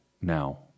now